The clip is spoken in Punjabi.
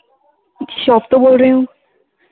ਸ਼ੌਪ ਤੋਂ ਬੋਲ ਰਹੇ ਹੋ